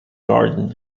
garden